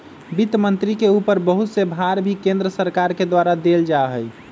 वित्त मन्त्री के ऊपर बहुत से भार भी केन्द्र सरकार के द्वारा देल जा हई